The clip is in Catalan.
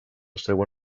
seua